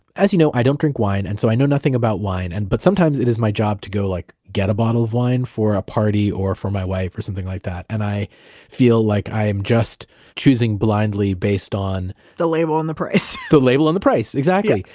as you know, i don't drink wine and so i know nothing about wine, but sometimes it is my job to go like get a bottle of wine for a party or for my wife or something like that. and i feel like i am just choosing blindly based on the label and the price the label and the price. exactly.